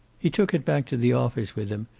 he took it back to the office with him,